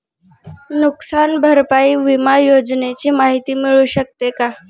नुकसान भरपाई विमा योजनेची माहिती मिळू शकते का?